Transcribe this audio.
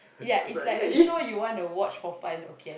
yeah it's like a show you want to watch for fun okay